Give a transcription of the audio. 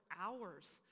hours